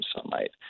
sunlight